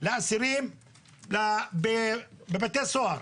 לאסירים בבתי סוהר.